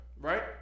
right